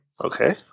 Okay